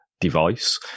device